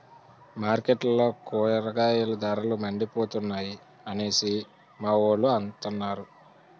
మార్కెట్లో కూరగాయల ధరలు మండిపోతున్నాయి అనేసి మావోలు అంతన్నారు